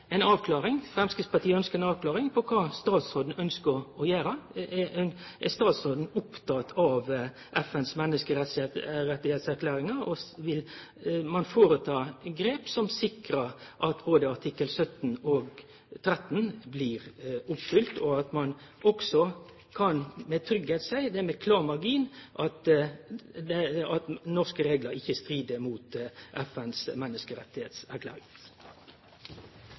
Framstegspartiet ønskjer ei avklaring på kva statsråden ønskjer å gjere. Er statsråden oppteken av FNs menneskerettserklæring, og vil ein gjere grep som sikrar at både artikkel 17 og artikkel 13 blir oppfylte, og kan ein også med sikkerheit seie at det er med klar margin at norske reglar ikkje strir mot FNs